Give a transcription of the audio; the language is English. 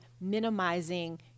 minimizing